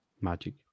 Magic